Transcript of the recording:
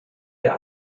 der